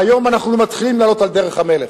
והיום אנחנו מתחילים לעלות על דרך המלך.